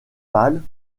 pâle